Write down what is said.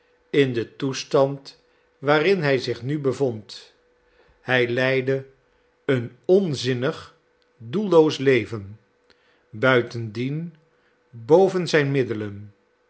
in den toestand waarin hij zich nu bevond hij leidde een onzinnig doelloos leven buitendien boven zijn middelen